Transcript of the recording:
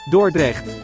Dordrecht